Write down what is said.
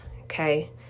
okay